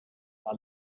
paar